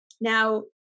Now